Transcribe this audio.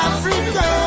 Africa